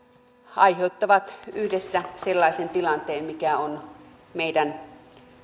aiheuttavat yhdessä sellaisen tilanteen mikä on meidän